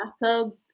bathtub